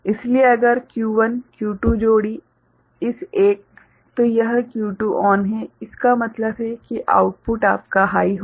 इसलिए अगर Q1 Q2 जोड़ी इस एक तो यह Q2 ON है इसका मतलब है कि आउटपुट आपका हाई होगा